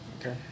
Okay